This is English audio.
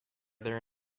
their